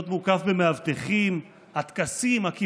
להיות מוקף במאבטחים, הטקסים, הכיבודים,